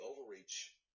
overreach